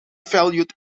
valued